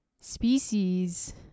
species